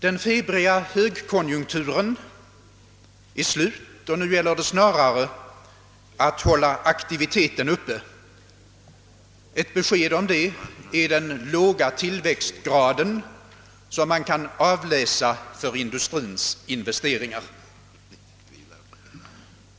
Den febriga högkonjunkturen är slut, och nu gäller det snarare att hålla aktiviteten uppe. Ett besked om det är den låga tillväxtgrad, som man kan avläsa för industrins investeringar.